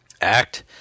act